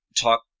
talk